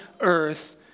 earth